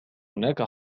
هناك